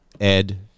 ed